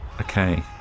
Okay